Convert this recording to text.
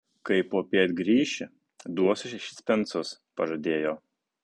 kai popiet grįši duosiu šešis pensus pažadėjo